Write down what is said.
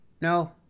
No